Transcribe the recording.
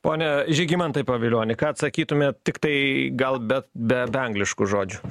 pone žygimantai pavilioni ką atsakytumėt tiktai gal be be be angliškų žodžių